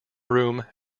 room